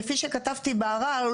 כפי שכתבתי בערר,